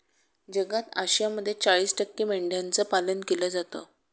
जगात आशियामध्ये चाळीस टक्के मेंढ्यांचं पालन केलं जातं